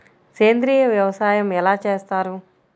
సేంద్రీయ వ్యవసాయం ఎలా చేస్తారు?